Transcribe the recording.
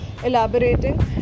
elaborating